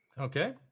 Okay